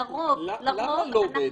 למה לא?